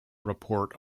report